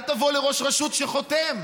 אל תבוא לראש רשות שחותם.